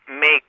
make